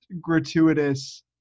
gratuitous